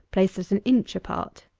placed at an inch apart.